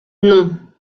non